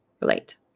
relate